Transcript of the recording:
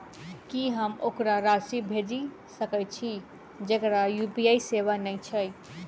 की हम ओकरा राशि भेजि सकै छी जकरा यु.पी.आई सेवा नै छै?